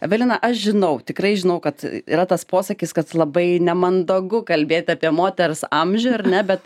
evelina aš žinau tikrai žinau kad yra tas posakis kad labai nemandagu kalbėt apie moters amžių ar ne bet